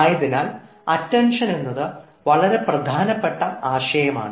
ആയതിനാൽ അറ്റൻഷൻ എന്നത് വളരെ പ്രധാനപ്പെട്ട ആശയമാണ്